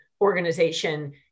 organization